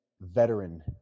veteran